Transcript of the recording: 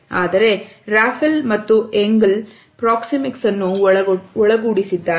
ಆದರೆ ರಾಫೆಲ್ ಮತ್ತು Engle proxemics ಅನ್ನು ಒಳಗೂಡಿಸಿದ್ದಾರೆ